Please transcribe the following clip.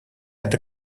это